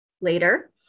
later